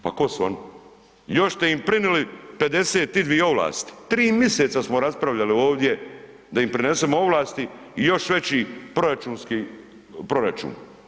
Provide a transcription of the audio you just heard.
Pa tko su oni, još te im prinili 52 ovlasti, 3 miseca smo raspravljali ovdje da im prenesemo ovlasti i još veći proračunski proračun.